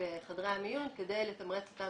בחדרי המיון כדי לתמרץ אותם